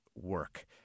work